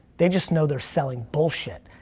they just know they're selling bullshit,